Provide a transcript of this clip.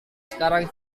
sekarang